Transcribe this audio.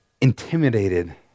intimidated